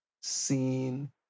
seen